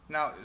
Now